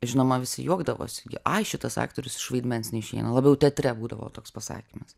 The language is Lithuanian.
žinoma visi juokdavosi ai šitas aktorius iš vaidmens neišeina labiau teatre būdavo toks pasakymas